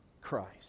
christ